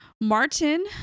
Martin